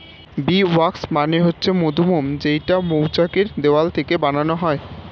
bee wax মানে হচ্ছে মধুমোম যেইটা মৌচাক এর দেওয়াল থেকে বানানো হয়